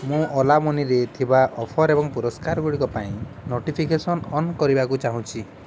ମୁଁ ଓଲା ମନିରେ ଥିବା ଅଫର୍ ଏବଂ ପୁରସ୍କାରଗୁଡ଼ିକ ପାଇଁ ନୋଟିଫିକେସନ୍ ଅନ୍ କରିବାକୁ ଚାହୁଁଛି